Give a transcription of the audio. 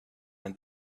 and